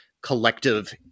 collective